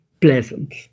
pleasant